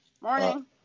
Morning